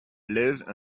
live